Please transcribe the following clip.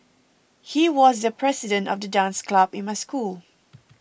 he was the president of the dance club in my school